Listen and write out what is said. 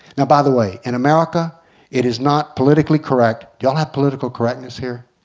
now by the way, in america it is not politically correct do you have political correctness here?